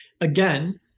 Again